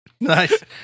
Nice